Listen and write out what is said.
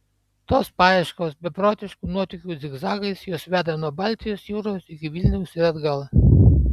tos paieškos beprotiškų nuotykių zigzagais juos veda nuo baltijos jūros iki vilniaus ir atgal